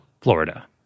Florida